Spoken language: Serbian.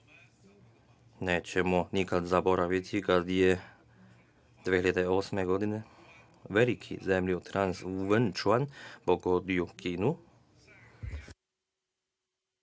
Nećemo nikada zaboraviti kada je 2008. godine veliki zemljotres u Venčuanu pogodio je